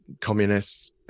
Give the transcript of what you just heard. Communists